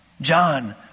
John